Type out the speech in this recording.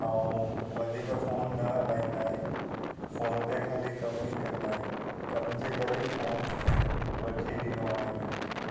ऐं वधीक फ़ोन न हलाईंदा आहिनि फ़ोन ते खाली कम ई कंदा आहिनि कम जे करे ई फ़ोन वठी ॾिनो आहे हिननि खे